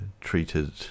treated